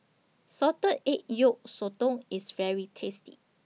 Salted Egg Yolk Sotong IS very tasty